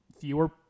fewer